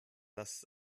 das